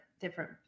different